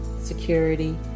security